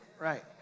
Right